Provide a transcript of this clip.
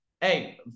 hey